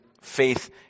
faith